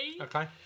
Okay